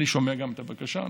אני שומע את הבקשה.